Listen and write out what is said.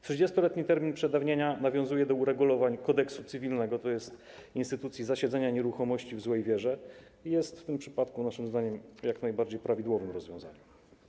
30-letni termin przedawnienia nawiązuje do uregulowań Kodeksu cywilnego, tj. instytucji zasiedzenia nieruchomości w złej wierze, i jest w tym przypadku naszym zdaniem jak najbardziej prawidłowym rozwiązaniem.